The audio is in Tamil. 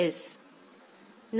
எஸ்